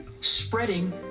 spreading